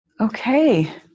Okay